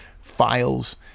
files